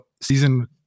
season